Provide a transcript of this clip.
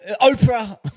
Oprah